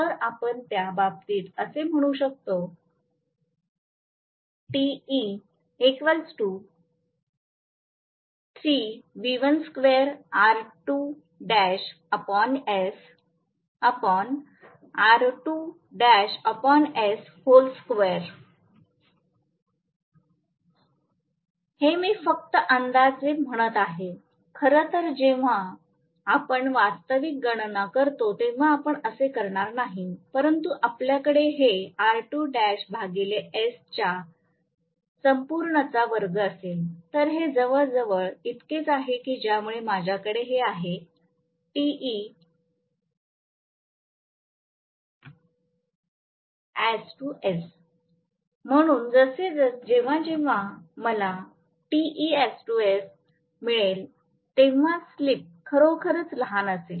तर आपण त्या बाबतीत असे म्हणू शकतो हे मी फक्त अंदाजे म्हणत आहे खरं तर जेव्हा आपण वास्तविक गणना करतो तेव्हा आपण असे करणार नाही परंतु आपल्याकडे हे R2 डॅश भागिले S ह्या संपूर्ण चा वर्ग असेल तर हे जवळजवळ इतकेच आहे की ज्यामुळे माझ्याकडे हे आहे म्हणून जेव्हा जेव्हा मला मिळेल तेव्हा स्लिप खरोखरच लहान असेल